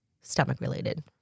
stomach-related